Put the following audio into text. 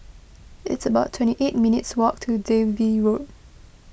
it's about twenty eight minutes' walk to Dalvey Road